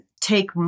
take